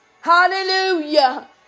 hallelujah